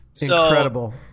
Incredible